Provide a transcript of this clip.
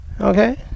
Okay